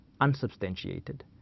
unsubstantiated